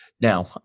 Now